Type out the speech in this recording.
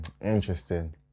Interesting